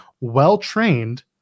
well-trained